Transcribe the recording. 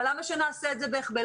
אבל למה שנעשה את זה בהיחבא?